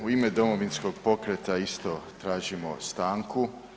U ime Domovinskog pokreta isto tražimo stanku.